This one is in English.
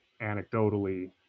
anecdotally